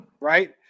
right